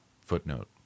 Footnote